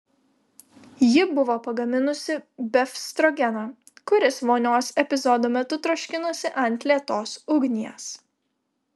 ji buvo pagaminusi befstrogeną kuris vonios epizodo metu troškinosi ant lėtos ugnies